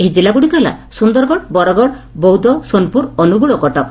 ଏହି ଜିଲ୍ଲାଗୁଡ଼ିକ ହେଲା ସୁନ୍ଦରଗଡ଼ ବରଗଡ଼ ବୌଦ୍ଧ ସୋନପୁର ଅନୁଗୁଳ ଓ କଟକ